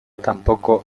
tampoco